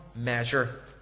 Measure